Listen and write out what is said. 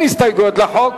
רבותי, אין הסתייגויות לחוק.